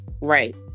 right